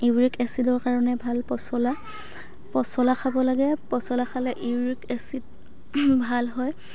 uric এছিডৰ কাৰণে ভাল পচলা পচলা খাব লাগে পচলা খালে ইউৰিক এছিড ভাল হয়